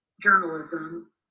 journalism